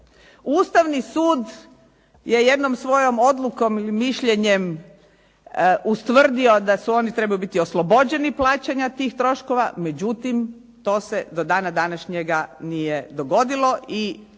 Ustavni sud je jednom svojom odlukom ili mišljenjem ustvrdio da oni trebaju biti oslobođeni plaćanja tih troškova, međutim to se do dana današnjega nije dogodilo i stotine